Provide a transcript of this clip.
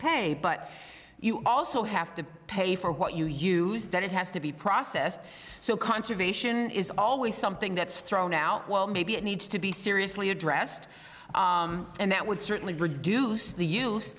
pay but you also have to pay for what you use that it has to be processed so conservation is always something that's thrown out well maybe it needs to be seriously addressed and that would certainly reduce the use